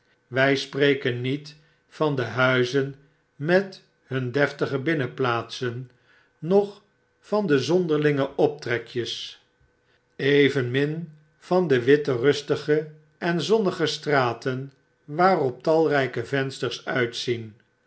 wij spreken niet van de huizen met hun deftige binnenplaatsen noch van overdrukken de zonderlinge optrekjes evenmin van de witte rustige en zonnige straten waarop talrpe vensters uitzien